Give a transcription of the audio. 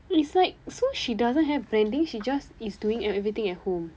it's like so she doesn't have branding she just is doing ev~ everything at home